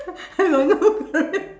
I got no career